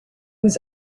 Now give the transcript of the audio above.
was